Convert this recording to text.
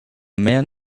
man